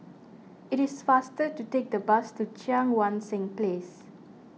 it is faster to take the bus to Cheang Wan Seng Place